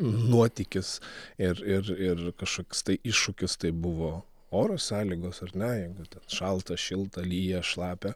nuotykis ir ir ir kažkoks tai iššūkis tai buvo oro sąlygos ar ne jeigu ten šalta šilta lyja šlapia